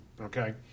okay